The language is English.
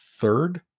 third